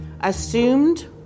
assumed